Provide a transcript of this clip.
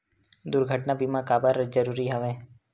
दुर्घटना बीमा काबर जरूरी हवय?